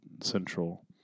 central